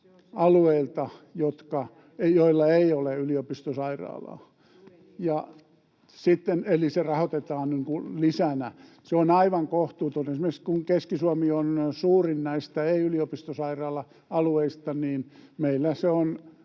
Juuri niin!] Eli se rahoitetaan niin kuin lisänä. Se on aivan kohtuutonta esimerkiksi, kun Keski-Suomi on suurin näistä ei-yliopistosairaala-alueista ja meillä se